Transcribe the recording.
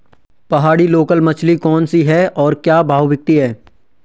पहाड़ी लोकल मछली कौन सी है और क्या भाव बिकती है?